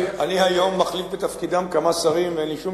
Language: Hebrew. היום אני מחליף בתפקידם כמה שרים ואין לי שום